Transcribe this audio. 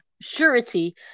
surety